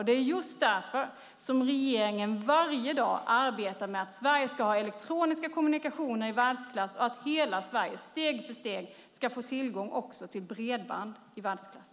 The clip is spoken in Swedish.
Det är just därför som regeringen varje dag arbetar med att Sverige ska ha elektroniska kommunikationer i världsklass och att hela Sverige steg för steg ska få tillgång också till bredband i världsklass.